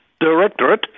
Directorate